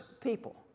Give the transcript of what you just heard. people